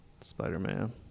Spider-Man